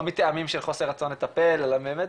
לא מטעמים של חוסר רצון לטפל אלא באמת